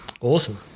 awesome